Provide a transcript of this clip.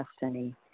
destiny